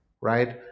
right